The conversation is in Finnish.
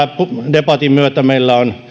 debatin myötä meillä on